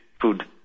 Food